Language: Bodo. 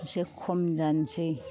एसे खम जानसै